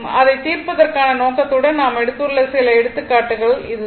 அதைத் தீர்ப்பதற்கான நோக்கத்துடன் நாம் எடுத்துள்ள சில எடுத்துக்காட்டுகள் இதுதான்